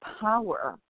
power